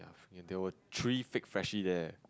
in there were three fake Freshies there